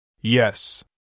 Yes